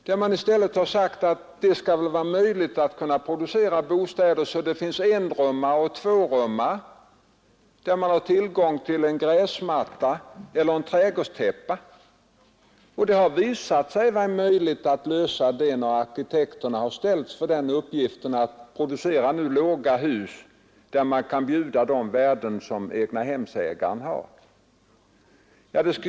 Man har i stället sagt att det skall väl vara möjligt att producera bostäder så att det finns enrummare och tvårummare med tillgång till en gräsmatta eller en trädgårdstäppa. Och det har visat sig vara möjligt att lösa det problemet när arkitekterna har ställts inför uppgiften att producera låga hus som kan bjuda de värden som egnahemsägaren har.